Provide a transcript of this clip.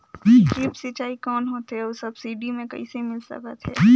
Drip सिंचाई कौन होथे अउ सब्सिडी मे कइसे मिल सकत हे?